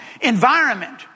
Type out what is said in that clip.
environment